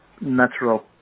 natural